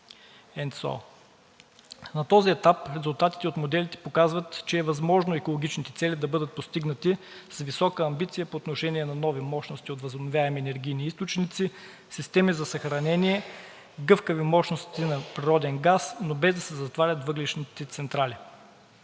На този етап резултатите от моделите показват, че е възможно екологичните цели да бъдат постигнати с висока амбиция по отношение на нови мощности от възобновяеми енергийни източници, системи за съхранение, гъвкави мощности на природен газ, но без да се затварят въглищните централи.